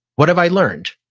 what have i learned?